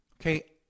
okay